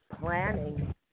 planning